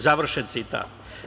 Završen citat.